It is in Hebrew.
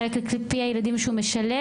מחלק לפי הילדים שהוא משלב,